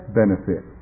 benefit